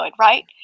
right